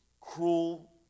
cruel